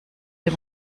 dem